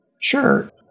Sure